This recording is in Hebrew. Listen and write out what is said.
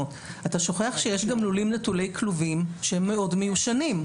יש גם לולים נטולי כלובים שהם מאוד ישנים,